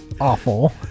awful